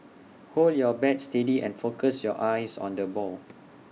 hold your bat steady and focus your eyes on the ball